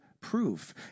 proof